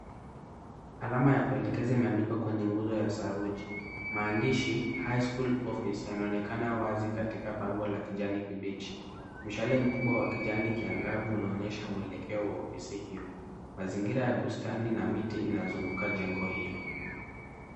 Alama ya kuelekeza imeandikwa kwenye nguzo ya saruji. Maandishi highschool office yanaonekana wazi katika bango la kijani kibichi. Mshale mkubwa wa kijani kiangavu unaonyesha mwelekeo wa ofisi hiyo. Mazingira ya bustani na miti inazunguka jengo hilo.